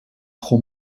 pro